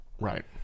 Right